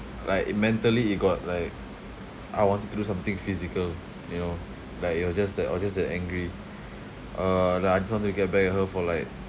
like it mentally it got like I wanted to do something physical you know like it was just that I was just that angry uh like I just wanted to get back at her for like